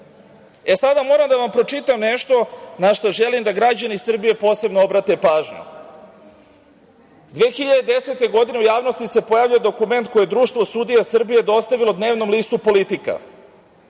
moram da vam pročitam nešto na šta želim da građani Srbije posebno obrate pažnju. Godine 2010. u javnosti se pojavljuje dokument koji je Društvo sudija Srbije dostavilo dnevnom listu "Politika",